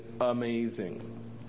amazing